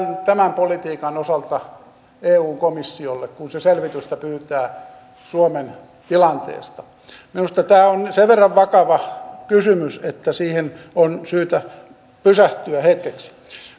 tämän politiikan osalta eu komissiolle kun se selvitystä pyytää suomen tilanteesta minusta tämä on sen verran vakava kysymys että siihen on syytä pysähtyä hetkeksi